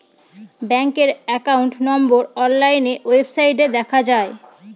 ব্যাঙ্কের account number online ওয়েবসাইটে দেখা যায়